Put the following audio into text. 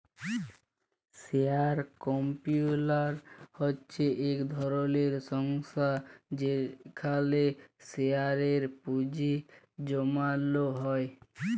share capital হছে ইক ধরলের সংস্থা যেখালে শেয়ারে পুঁজি জ্যমালো হ্যয়